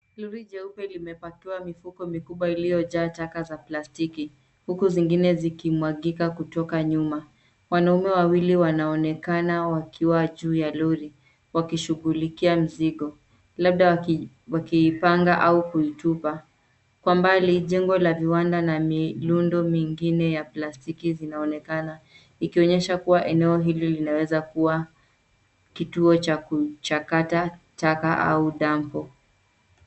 Lori jeupe limepakiwa mifuko mikubwa iliyojaa taka za plastiki huku zingine zikimwagika kutoka nyuma. Wanaume wawili wanaonekana wakiwa juu ya lori wakishughulikia mzigo, labda wakiipanga au kuitupa. Kwa mbali jengo la viwanda na mirundo mingine ya plastiki zinaonekana ikionyesha kuwa eneo hilo linaweza kuwa kituo cha kuchakata taka au dampo.